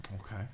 Okay